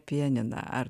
pianiną ar